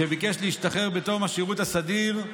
כשביקש להשתחרר בתום השירות הסדיר,